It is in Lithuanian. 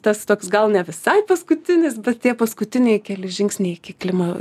tas toks gal ne visai paskutinis bet tie paskutiniai keli žingsniai iki klima